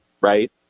right